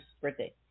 birthday